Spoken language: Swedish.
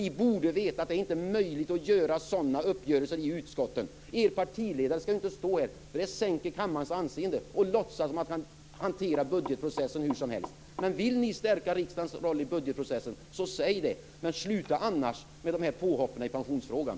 Ni borde veta att det inte är möjligt att göra sådana uppgörelser i utskotten. Det sänker kammarens anseende om er partiledare står här och låtsas som om man kan hantera budgetprocessen hur som helst. Vill ni stärka riksdagens roll i budgetprocessen, så säg det. Sluta annars med dessa påhopp i pensionsfrågan!